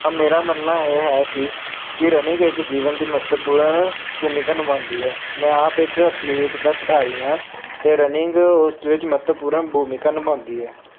ਮੇਰਾ ਮੰਨਣਾ ਇਹ ਹੈ ਕਿ ਕਿ ਰਨਿੰਗ ਇੱਕ ਜੀਵਨ ਦੀ ਮਹੱਤਵਪੂਰਨ ਭੂਮਿਕਾ ਨਿਭਾਉਂਦੀ ਹੈ ਮੈਂ ਆਪ ਇੱਕ ਅਥਲੀਟ ਦਾ ਖਿਡਾਰੀ ਹਾਂ ਅਤੇ ਰਨਿੰਗ ਉਸ ਵਿੱਚ ਮਹੱਤਵਪੂਰਨ ਭੂਮਿਕਾ ਨਿਭਾਉਂਦੀ ਹੈ